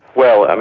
well, and